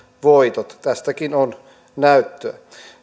voitot tästäkin on näyttöä